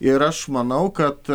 ir aš manau kad